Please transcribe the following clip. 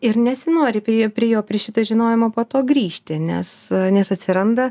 ir nesinori prie jo prie jo prie šito žinojimo po to grįžti nes nes atsiranda